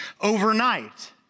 overnight